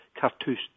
cartouche